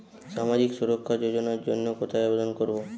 সামাজিক সুরক্ষা যোজনার জন্য কোথায় আবেদন করব?